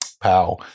Pow